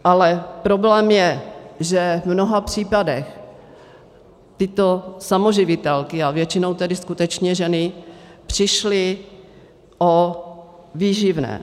Ale problém je, v mnoha případech tyto samoživitelky, a většinou tedy skutečně ženy, přišly o výživné.